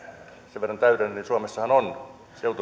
sen verran täydennän suomessahan on